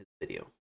video